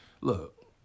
look